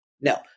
No